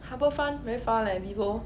harbour front very far leh vivo